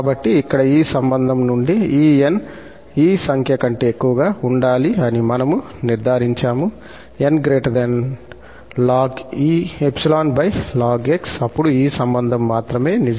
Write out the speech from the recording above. కాబట్టి ఇక్కడ ఈ సంబంధం నుండి ఈ 𝑛 ఈ సంఖ్య కంటే ఎక్కువగా ఉండాలి అని మనము నిర్ధారించాము 𝑛 ln𝜖 ln𝑥 అప్పుడు ఈ సంబంధం మాత్రమే నిజం